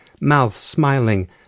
mouth-smiling